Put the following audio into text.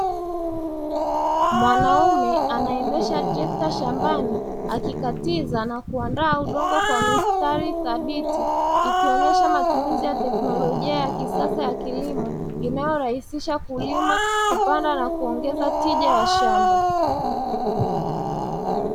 Mwanaume anaendesha trekta shambani akikatiza na kuandaa udongo kwa mistari thabiti. Ikionyesha matumizi ya teknolojia ya kisasa ya kilimo inayorahisisha kulima, kupanda na kuongeza tija ya shamba.